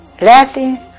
laughing